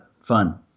fun